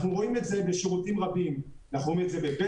אנחנו רואים את זה בשירותים רבים: אנחנו רואים את זה בבזק,